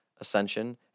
ascension